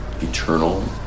eternal